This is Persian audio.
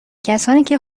کسانیکه